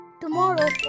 tomorrow